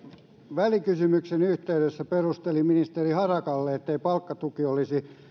välikysymyksen yhteydessä perustelin ministeri harakalle ettei palkkatuki olisi